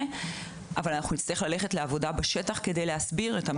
אבל נצטרך ללכת לעבודה בשטח כדי להסביר.